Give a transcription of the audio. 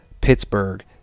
pittsburgh